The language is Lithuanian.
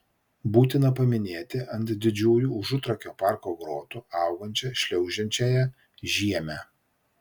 būtina paminėti ant didžiųjų užutrakio parko grotų augančią šliaužiančiąją žiemę